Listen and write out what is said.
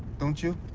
don't you?